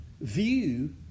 view